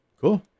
Cool